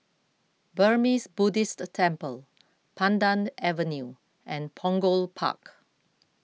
Burmese Buddhist Temple Pandan Avenue and Punggol Park